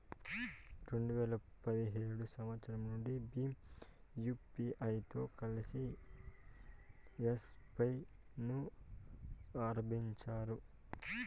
రెండు వేల పదిహేడు సంవచ్చరం నుండి భీమ్ యూపీఐతో కలిసి యెస్ పే ను ఆరంభించారు